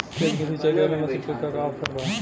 खेत के सिंचाई करेला मशीन के का ऑफर बा?